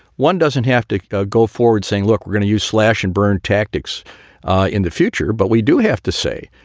one doesn't have to ah go forward saying, look, we're going to slash and burn tactics in the future. but we do have to say,